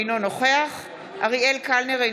אינו נוכח אריאל קלנר,